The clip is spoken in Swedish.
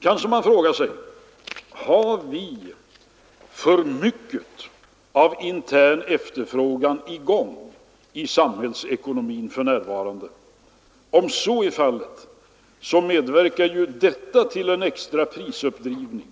Kanske man frågar sig om vi har för mycket av intern efterfrågan i gång i samhällsekonomin för närvarande. Om så är fallet medverkar det till en extra prisuppdrivning